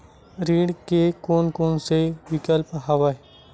ऋण के कोन कोन से विकल्प हवय?